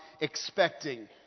expecting